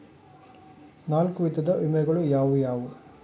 ನಾಲ್ಕು ವಿಧದ ವಿಮೆಗಳು ಯಾವುವು?